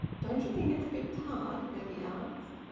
don't you think it's a bit tart? maggie asked.